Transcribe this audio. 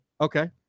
Okay